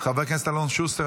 חבר הכנסת אלון שוסטר,